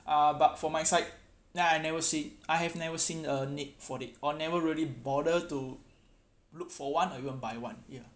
uh but for my side ya I never see I have never seen a need for it or never really bother to look for one or go and buy one ya